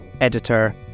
editor